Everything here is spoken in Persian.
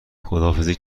خداحافظی